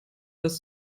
das